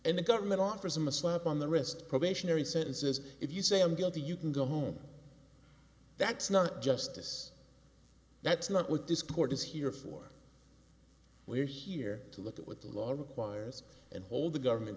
and the government offers them a slap on the wrist probationary sentences if you say i'm guilty you can go home that's not justice that's not what this court is here for we're here to look at what the law requires and hold the government